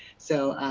so,